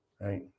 right